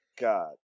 God